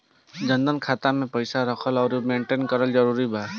जनधन खाता मे पईसा रखल आउर मेंटेन करल जरूरी बा?